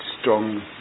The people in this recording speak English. strong